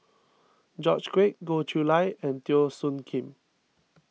George Quek Goh Chiew Lye and Teo Soon Kim